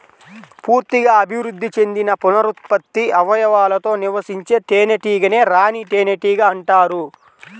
పూర్తిగా అభివృద్ధి చెందిన పునరుత్పత్తి అవయవాలతో నివసించే తేనెటీగనే రాణి తేనెటీగ అంటారు